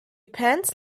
pants